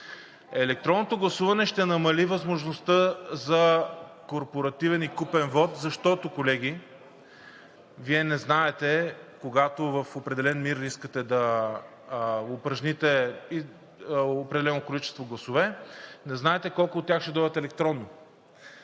Електронното гласуване ще намали възможността за корпоративен и купен вот, защото, колеги, Вие не знаете, когато в определен МИР искате да упражните определено количество гласове, не знаете колко от тях ще дойдат електронно.